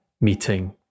meeting